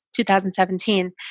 2017